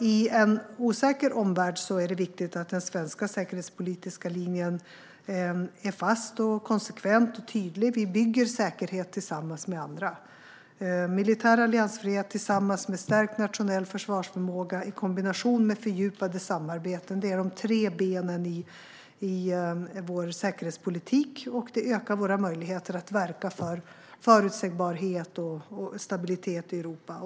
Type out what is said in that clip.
I en osäker omvärld är det viktigt att den svenska säkerhetspolitiska linjen är fast, konsekvent och tydlig. Vi bygger säkerhet tillsammans med andra. Militär alliansfrihet tillsammans med stärkt nationell försvarsförmåga i kombination med fördjupade samarbeten är de tre benen i vår säkerhetspolitik och ökar våra möjligheter att verka för förutsägbarhet och stabilitet i Europa.